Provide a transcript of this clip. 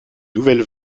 nouvelle